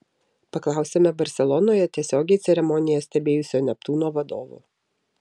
paklausėme barselonoje tiesiogiai ceremoniją stebėjusio neptūno vadovo